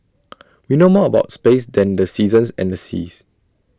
we know more about space than the seasons and the seas